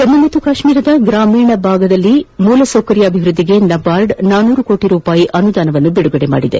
ಜಮ್ಮು ಕಾಶ್ಮೀರದ ಗ್ರಾಮೀಣ ಭಾಗಗಳಲ್ಲಿ ಮೂಲಸೌಕರ್ಯ ಅಭಿವೃದ್ಲಿಗೆ ನಬಾರ್ಡ್ ಳಂಂ ಕೋಟಿ ರೂಪಾಯಿ ಅನುದಾನ ಬಿಡುಗಡೆ ಮಾಡಿದೆ